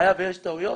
היה ויש טעויות,